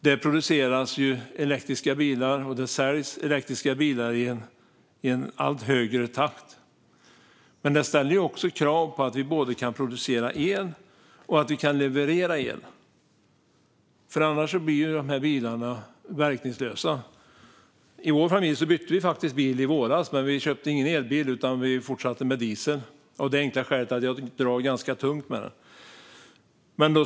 Det produceras elektriska bilar, och det säljs elektriska bilar i en allt högre takt. Men det ställer också krav både på att vi kan producera el och att vi kan leverera el. Annars blir de bilarna verkningslösa. I vår familj bytte vi faktiskt bil i våras. Vi köpte ingen elbil, utan vi fortsatte med diesel av det enkla skälet att jag drar ganska tungt med bilen.